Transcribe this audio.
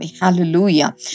Hallelujah